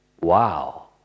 Wow